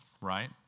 right